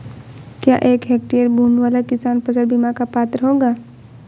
क्या एक हेक्टेयर भूमि वाला किसान फसल बीमा का पात्र होगा?